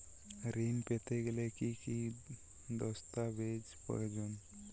ঋণ পেতে গেলে কি কি দস্তাবেজ প্রয়োজন?